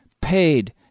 paid